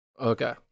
Okay